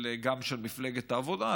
גם של מפלגת העבודה,